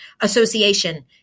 association